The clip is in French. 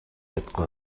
être